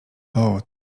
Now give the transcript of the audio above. ooo